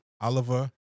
Oliver